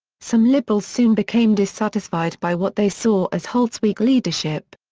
some liberals soon became dissatisfied by what they saw as holt's weak leadership.